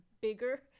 bigger